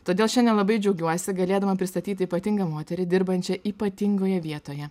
todėl šiandien labai džiaugiuosi galėdama pristatyti ypatingą moterį dirbančią ypatingoje vietoje